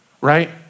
right